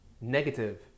negative